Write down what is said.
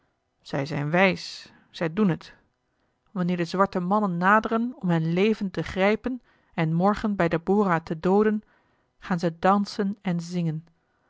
zij zijn wijs zij doen het wanneer de zwarte mannen naderen om hen levend te grijpen en morgen bij de bora te dooden gaan zij dansen en zingen